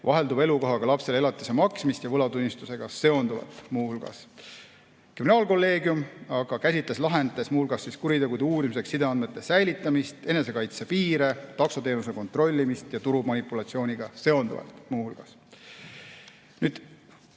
vahelduva elukohaga lapsele elatise maksmist ja võlatunnistusega seonduvat. Kriminaalkolleegium käsitles lahendites muu hulgas kuritegude uurimiseks sideandmete säilitamist, enesekaitse piire, taksoteenuse kontrollimist ja turumanipulatsiooniga seonduvat. Nüüd